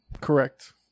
Correct